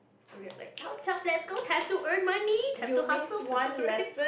everyone like chop chop let's go time to earn money time to hustle time to grind